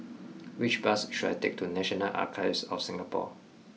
which bus should I take to National Archives of Singapore